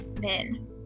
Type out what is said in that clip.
men